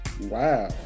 wow